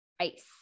ice